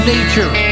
Nature